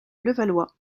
levallois